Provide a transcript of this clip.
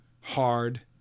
hard